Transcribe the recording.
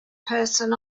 person